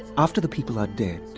after the people are dead,